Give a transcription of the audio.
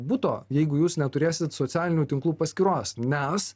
buto jeigu jūs neturėsit socialinių tinklų paskyros nes